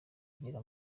igera